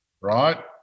Right